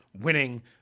winning